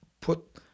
put